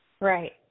right